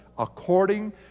according